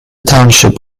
township